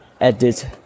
edit